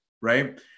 Right